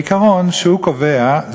העיקרון שהוא קובע,